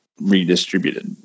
redistributed